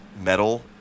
metal